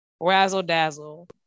razzle-dazzle